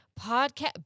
podcast